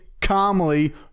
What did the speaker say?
calmly